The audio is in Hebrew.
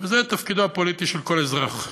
וזה תפקידו הפוליטי של כל אזרח,